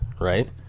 right